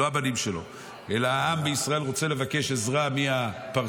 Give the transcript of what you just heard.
לא הבנים שלו אלא העם בישראל רוצה לבקש עזרה מהפרסים,